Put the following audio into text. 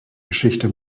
geschichte